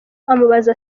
amubaza